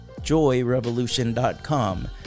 joyrevolution.com